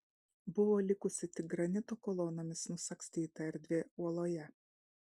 buvo likusi tik granito kolonomis nusagstyta erdvė uoloje